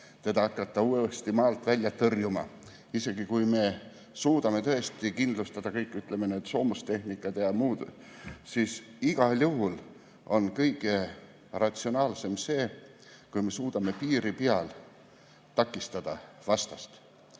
teda hakata uuesti maalt välja tõrjuma. Isegi kui me suudame kindlustada soomustehnika ja muu, siis igal juhul on kõige ratsionaalsem see, kui me suudame piiri peal vastast takistada.